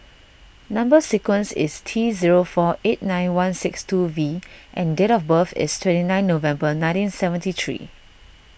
Number Sequence is T zero four eight nine one six two V and date of birth is twenty nine November nineteen seventy three